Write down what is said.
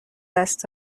دست